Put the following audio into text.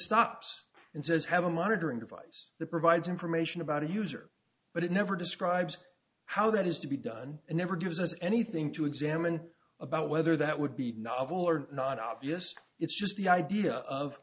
stops and says have a monitoring device that provides information about a user but it never describes how that is to be done and never gives us anything to examine about whether that would be novel or not obvious it's just the idea of